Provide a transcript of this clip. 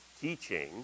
teaching